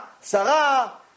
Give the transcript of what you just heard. Sarah